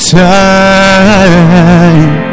time